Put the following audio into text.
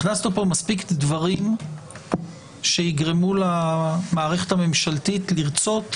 הכנסנו פה מספיק דברים שיגרמו למערכת הממשלתית לרצות